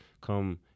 come